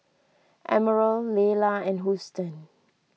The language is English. Emerald Laylah and Houston